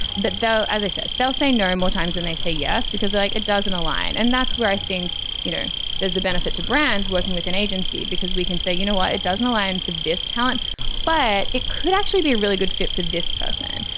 but though as i said they'll say no more times and they say yes because i like it doesn't align and that's where i think you know there's the benefit to brands working with an agency because we can say you know what. it doesn't align for this talent but it could actually be a really good fit for this person.